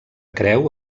creu